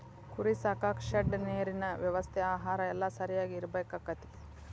ಕುರಿ ಸಾಕಾಕ ಶೆಡ್ ನೇರಿನ ವ್ಯವಸ್ಥೆ ಆಹಾರಾ ಎಲ್ಲಾ ಸರಿಯಾಗಿ ಇರಬೇಕಕ್ಕತಿ